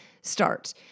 start